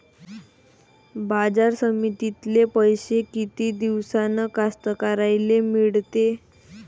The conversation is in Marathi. बाजार समितीतले पैशे किती दिवसानं कास्तकाराइले मिळते?